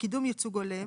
לקידום ייצוג הולם,